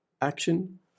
action